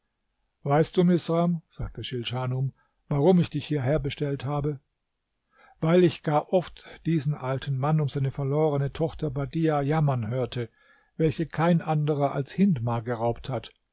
weißt du misram sagte schilschanum warum ich dich hierher bestellt habe weil ich gar oft diesen alten mann um seine verlorene tochter badiah jammern hörte welche kein anderer als hindmar geraubt hat